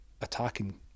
attacking